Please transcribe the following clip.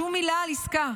שום מילה על עסקה.